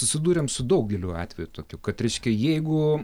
susidūrėm su daugeliu atvejų tokių kad reiškia jeigu